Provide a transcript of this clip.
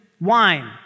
Wine